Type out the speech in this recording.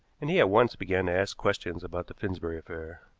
and he at once began to ask questions about the finsbury affair.